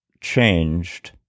changed